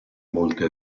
molte